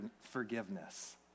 forgiveness